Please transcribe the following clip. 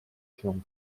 się